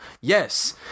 yes